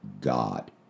God